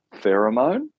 pheromone